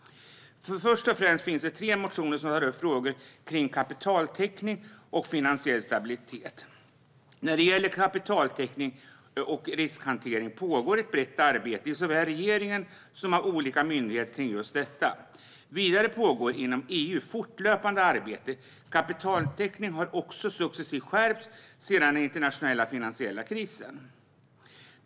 Först och främst finns det tre motioner som tar upp frågor om kapitaltäckning och finansiell stabilitet. När det gäller kapitaltäckning och riskhantering pågår ett brett arbete såväl i regeringen som i olika myndigheter kring just detta. Vidare pågår inom EU ett fortlöpande arbete. Kapitaltäckningen har också successivt skärpts sedan den internationella finansiella krisen.